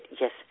yes